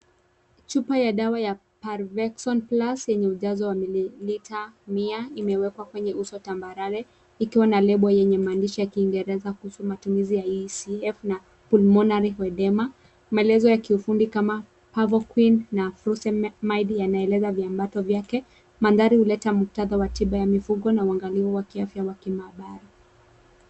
Chupa ya dawa ya Pervexon Plus yenye ujazo wa mililita mia imewekwa kwenye uso tambarare ikiwa na lebo yenye maandisha ya kiingereza kuhusu maandishi ya ECF na pulmonary oedema . Maelezo ya kiufundi kama pervoquine na [csphocemide yanaeleza viambato vyake. Mandhari huleta muktadha ya tiba ya mifugo na unagalifu wa kiafya wa kimaabara.